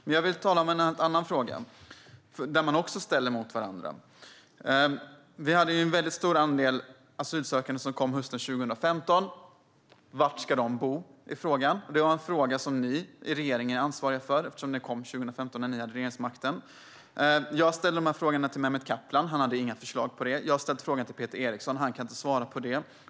Men jag vill tala om en annan fråga där man också ställer grupper mot varandra. Vi hade en väldigt stor andel asylsökande som kom hösten 2015. Frågan är: Var ska de bo? Det är en fråga som ni i regeringen är ansvariga för, eftersom den uppstod 2015 när ni hade regeringsmakten. Jag ställde frågan till Mehmet Kaplan. Han hade inte några förslag. Jag har ställt frågan till Peter Eriksson. Han kan inte svara på det.